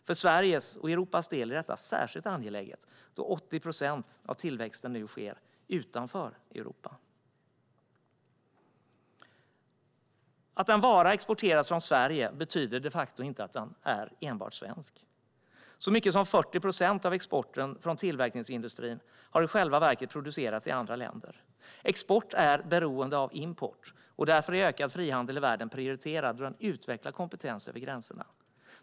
För Sveriges och Europas del är detta särskilt angeläget, då 80 procent av tillväxten nu sker utanför Europa. Att en vara exporteras från Sverige betyder de facto inte att den är enbart svensk. Så mycket som 40 procent av exporten från tillverkningsindustrin har i själva verket producerats i andra länder. Export är beroende av import, och därför är ökad frihandel i världen prioriterad då den utvecklar kompetens över gränserna.